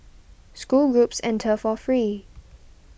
school groups enter for free